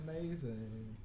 amazing